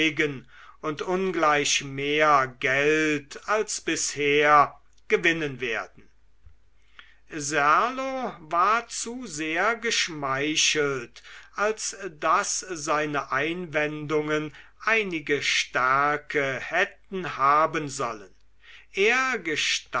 und ungleich mehr geld als bisher gewinnen werden serlo war zu sehr geschmeichelt als daß seine einwendungen einige stärke hätten haben sollen er